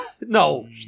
No